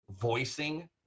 voicing